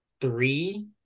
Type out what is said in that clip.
three